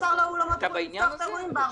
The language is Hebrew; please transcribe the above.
אנחנו